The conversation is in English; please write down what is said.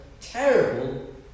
terrible